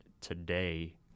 today